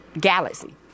galaxy